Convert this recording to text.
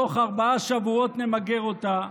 בתוך ארבעה שבועות נמגר אותה.